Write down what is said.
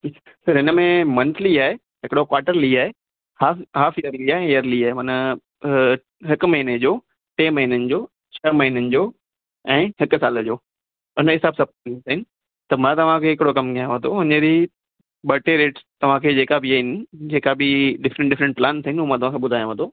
sir हिनमें monthly आहे हिकिड़ो क्वार्टरली आहे हाफ़ हाफ़ इयरली आहे इयरली आहे मन हिक महीने जो टे महीननि जो छह महीननि जो ऐं हिक साल जो उने हिसाब सां सभु कराईंदा आहिनि त मां तव्हांखे हिकिड़ो कम कयांव थो हुनजी ॿ टे रेट्स तव्हांखे जेका बि आहिनि जेका बि डिफ़्रेंट डिफ़्रेंट प्लान्स आहिनि हू मां तव्हांखे ॿुधायांव थो